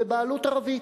בבעלות ערבית,